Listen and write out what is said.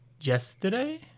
yesterday